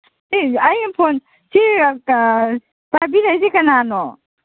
ꯁꯤꯁꯦ ꯑꯩ ꯐꯣꯟ ꯁꯤ ꯄꯥꯏꯕꯤꯔꯛꯏꯁꯤ ꯀꯅꯥꯅꯣ